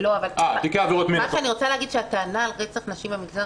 רק אני רוצה להגיד שהטענה על רצח נשים במגזר